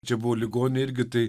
čia buvo ligonė irgi tai